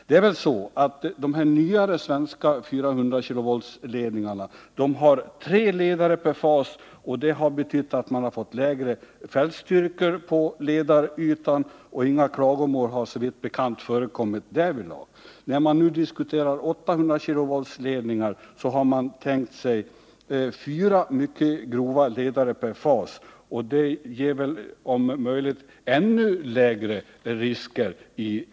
De här nyare svenska 400-kV-ledningarna har tre ledare per fas, vilket betyder att man fått lägre fältstyrkor på ledarytan. Inga klagomål har såvitt bekant förekommit därvidlag. När man nu hardiskuterat 800-kV-ledningar har man tänkt sig fyra mycket grova ledare per fas, och det innebär väl om möjligt ännu mindre risker.